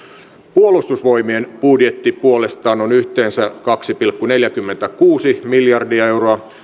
puolustusvoimien budjetti puolestaan on yhteensä kaksi pilkku neljäkymmentäkuusi miljardia euroa